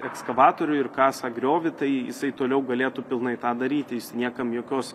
ekskavatoriuj ir kasa griovį tai jisai toliau galėtų pilnai tą daryti jis niekam jokios